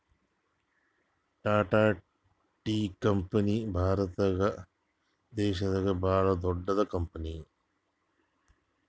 Tata tea company Bharat ದೇಶದಾಗೆ ಭಾಳ್ ದೊಡ್ಡದ್ ಕಂಪನಿ